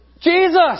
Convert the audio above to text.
Jesus